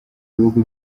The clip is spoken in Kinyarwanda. bihugu